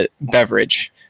beverage